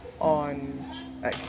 on